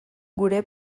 gure